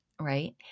right